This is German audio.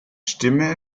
stimme